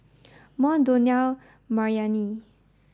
Mont Donell Maryanne